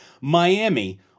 Miami